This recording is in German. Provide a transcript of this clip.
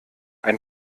ein